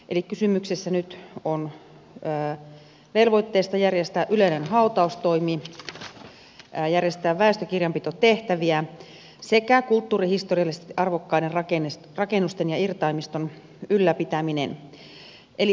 eli kysymys on nyt velvoitteesta järjestää yleinen hautaustoimi järjestää väestökirjanpitotehtäviä sekä kulttuurihistoriallisesti arvokkaiden rakennusten ja irtaimiston ylläpitäminen